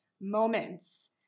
moments